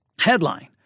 Headline